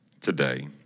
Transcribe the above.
today